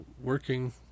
working